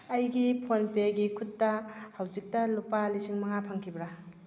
ꯑꯩꯒꯤ ꯐꯣꯟꯄꯦꯒꯤ ꯈꯨꯠꯇ ꯍꯧꯖꯤꯛꯇ ꯂꯨꯄꯥ ꯂꯤꯁꯤꯡ ꯃꯉꯥ ꯐꯪꯈꯤꯕ꯭ꯔꯥ